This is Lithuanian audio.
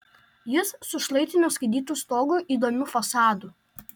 jis su šlaitiniu skaidytu stogu įdomiu fasadu